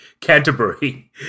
Canterbury